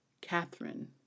Catherine